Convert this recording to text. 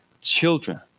children